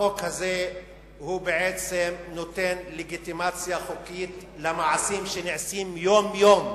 החוק הזה נותן בעצם לגיטימציה חוקית למעשים שנעשים יום-יום,